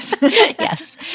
Yes